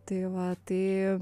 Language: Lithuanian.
tai va tai